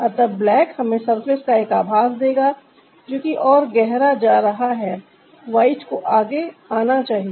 अतः ब्लैक हमें सरफेस का एक आभास देगा जो कि और गहरा जा रहा है वाइट को आगे आना चाहिए